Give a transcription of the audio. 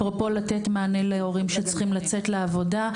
אפרופו לתת מענה להורים שצריכים לצאת לעבודה.